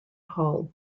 hall